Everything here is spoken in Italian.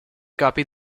capi